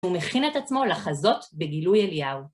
הוא מכין את עצמו לחזות בגילוי אליהו.